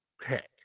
pick